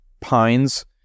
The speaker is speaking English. pines